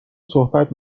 صحبت